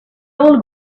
all